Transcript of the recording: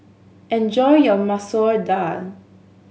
enjoy your Masoor Dal